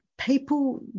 People